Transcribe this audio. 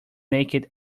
naked